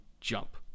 jump